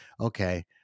okay